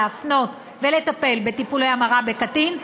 להפנות ולטפל בטיפולי המרה בקטין,